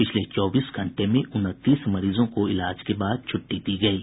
पिछले चौबीस घंटे में उनतीस मरीजों को इलाज के बाद छुट्टी दी गयी